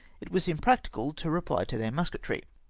it was impracticable to reply to the musketry,